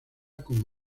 como